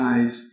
Eyes